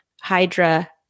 Hydra